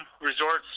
resorts